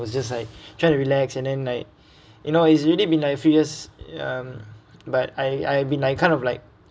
was just like trying to relax and at then like you know it's really been like few years ya um but I I been like kind of like